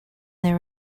there